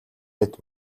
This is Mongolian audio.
мэт